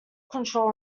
control